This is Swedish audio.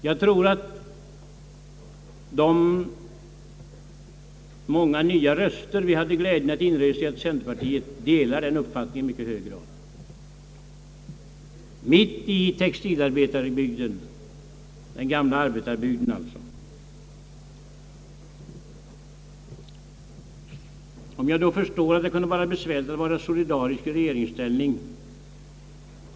Jag tror att många av de nya väljare som centerpartiet hade glädjen att inregistrera i den gamla textilarbetarbygden i hög grad delar min uppfattning. Finansministern sade att det är be svärligt att vara solidarisk i regeringsställning.